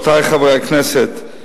רבותי חברי הכנסת,